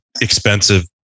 expensive